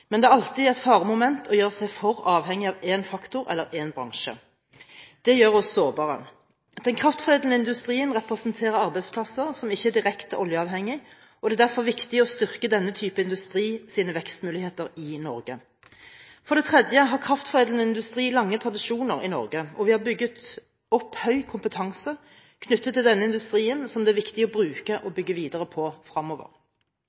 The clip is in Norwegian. men det er alltid et faremoment å gjøre seg for avhengig av én faktor eller én bransje. Det gjør oss sårbare. Den kraftforedlende industrien representerer arbeidsplasser som ikke er direkte oljeavhengige, og det er derfor viktig å styrke denne type industris vekstmuligheter i Norge. For det tredje har kraftforedlende industri lange tradisjoner i Norge, og vi har bygget opp høy kompetanse knyttet til denne industrien, som det er viktig å bruke og